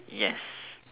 yes